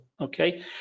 okay